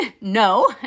No